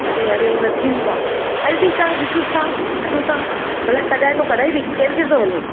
अरे यार इहे न थींदो आहे हल ठीकु आहे ॾिसूंसि था कढूं था भला कढाए तूं कढाई थी केर केर थो हले